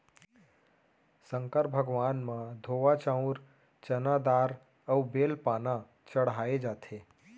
संकर भगवान म धोवा चाउंर, चना दार अउ बेल पाना चड़हाए जाथे